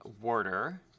warder